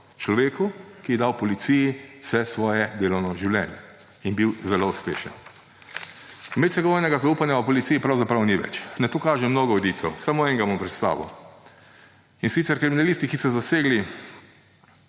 Človeku, ki je dal policiji vse svoje delovno življenje in bil zelo uspešen. Medsebojnega zaupanja v policiji pravzaprav ni več. Na to kaže mnogo indicev. Samo enega bom predstavil, in sicer kriminalisti, ki so zasegli